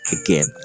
again